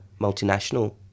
multinational